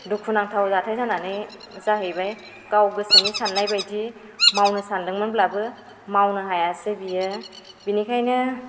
दुखुनांथाव जाथाइ जानायनि जाहैबाय गाव गोसोनि सान्नाय बायदि मावनो सानदोंमोनब्लाबो मावनो हायासै बियो बेनिखायनो